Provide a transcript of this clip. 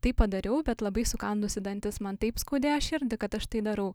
tai padariau bet labai sukandusi dantis man taip skaudėjo širdį kad aš tai darau